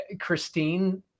Christine